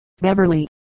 Beverly